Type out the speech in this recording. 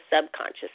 subconscious